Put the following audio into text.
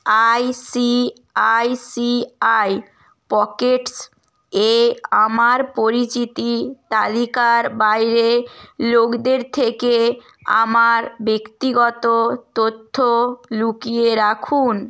I C I C I Pockets এ আমার পরিচিতি তালিকার বাইরে লোকদের থেকে আমার ব্যক্তিগত তথ্য লুকিয়ে রাখুন